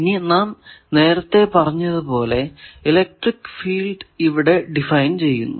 ഇനി നാം നേരത്തെ പറഞ്ഞതുപോലെ ഇലക്ട്രിക്ക് ഫീൽഡ് ഇവിടെ ഡിഫൈൻ ചെയ്യുന്നു